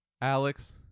Alex